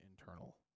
internal